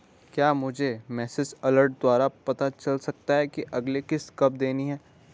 क्या मुझे message alert द्वारा पता चल सकता कि अगली किश्त कब देनी है?